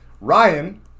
Ryan